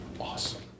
Awesome